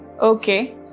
okay